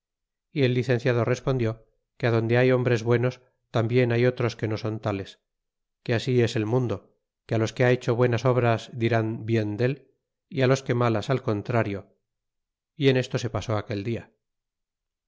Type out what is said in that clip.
y el licenciado respondió que adonde hay hombres buenos tambien hay otros que no son tales que así es el mundo que los que ha hecho buenas obras dirán bien del y los que malas al contrario y en esto se pasó aquel dia